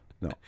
no